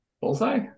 Bullseye